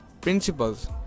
principles